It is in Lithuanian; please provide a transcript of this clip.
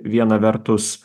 viena vertus